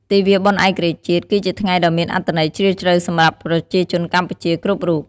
ទិវាបុណ្យឯករាជ្យជាតិ គឺជាថ្ងៃដ៏មានអត្ថន័យជ្រាលជ្រៅសម្រាប់ប្រជាជនកម្ពុជាគ្រប់រូប។